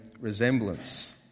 resemblance